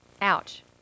Ouch